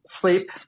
Sleep